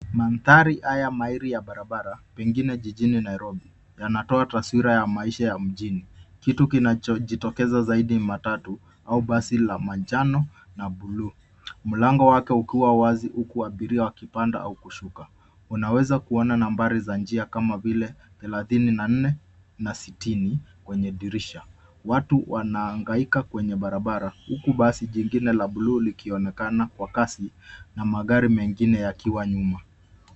Mandhari haya mairi ya barabara, pengine jijini Nairobi, yanatoa taswira ya maisha ya mjini. Kitu kinachojitokeza zaidi ni matatu au basi la manjano na blue . Mlango wake ukiwa wazi, huku abiria wakipanda au kushuka. Unaweza kuona nambari za njia kama vile 34 na 60 kwenye dirisha. Watu wanaangaika kwenye barabara, huku jingine la blue likionekana kwa kasi, na magari mengine yakiwa nyuma.